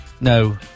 No